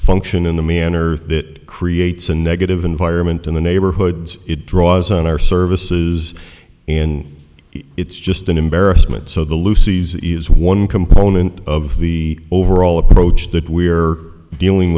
function in the manner that creates a negative environment in the neighborhoods it draws on our services and it's just an embarrassment so the loosies e's one component of the overall approach that we are dealing